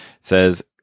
says